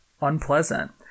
unpleasant